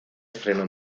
freno